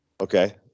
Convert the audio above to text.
okay